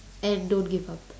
and don't give up